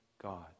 God